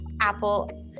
Apple